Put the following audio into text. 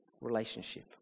relationship